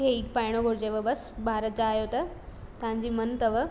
इहे ई पाइणो घुरिजेव बसि भारत जा आहियो त तव्हांजी मनु अथव